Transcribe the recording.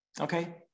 Okay